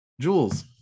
Jules